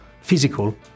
physical